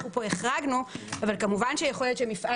אנחנו כאן החרגנו אבל כמובן שיכול להיות שמפעל